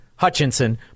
Hutchinson